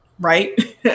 right